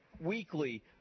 weekly